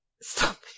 Stop